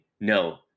No